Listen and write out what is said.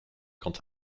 quant